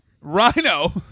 Rhino